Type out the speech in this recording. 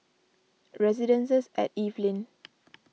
Residences at Evelyn